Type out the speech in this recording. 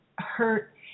hurt